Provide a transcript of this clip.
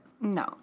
No